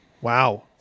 Wow